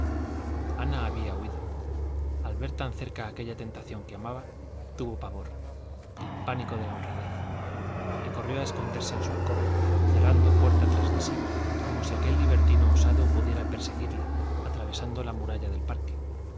ana había huido al ver tan cerca aquella tentación que amaba tuvo pavor el pánico de la honradez y corrió a esconderse en su alcoba cerrando puertas tras de sí como si aquel libertino osado pudiera perseguirla atravesando la muralla del parque